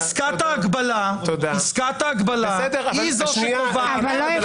פסקת ההגבלה היא זו שקובעת.